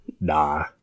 Nah